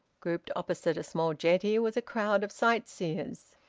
grouped opposite a small jetty was a crowd of sightseers.